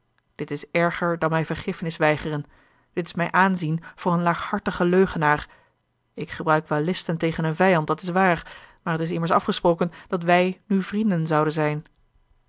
dit is erger dan mij vergiffenis weigeren dit is mij aanzien voor een laaghartigen leugenaar ik gebruik wel listen tegen een vijand dat is waar maar het is immers afgesproken dat wij nu vrienden zouden zijn